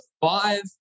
five